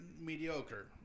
mediocre